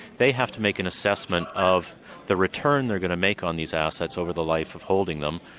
they have to make an assessment of the return they're going to make on these assets over the life of holding them,